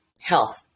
health